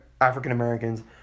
African-Americans